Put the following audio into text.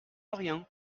rien